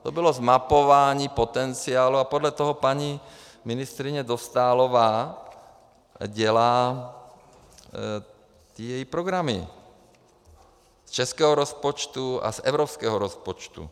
To bylo zmapování potenciálu a podle toho paní ministryně Dostálová dělá své programy z českého rozpočtu a z evropského rozpočtu.